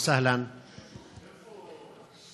אהלן וסהלן.